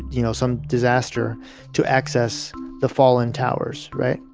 you know, some disaster to access the fallen towers. right?